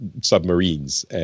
submarines